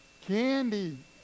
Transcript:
Candy